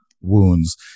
wounds